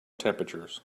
temperatures